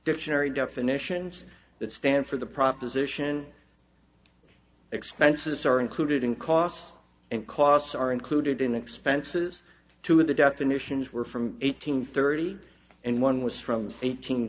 dictionary definitions that stand for the proposition expenses are included in cost and costs are included in expenses two of the definitions were from eight hundred thirty and one was from eight